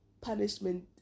punishment